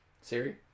Siri